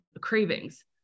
cravings